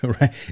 right